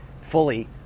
fully